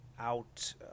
out